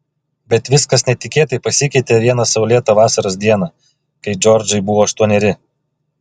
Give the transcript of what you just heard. bet viskas netikėtai pasikeitė vieną saulėtą vasaros dieną kai džordžai buvo aštuoneri